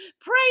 pray